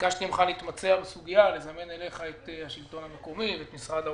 ביקשתי ממך לזמן אליך את השלטון המקומי ואת משרד האוצר,